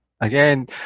again